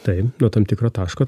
taip nuo tam tikro taško